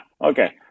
okay